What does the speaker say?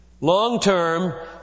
long-term